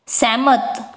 ਸਹਿਮਤ